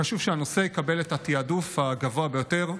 חשוב שהנושא יקבל את התיעדוף הגבוה ביותר,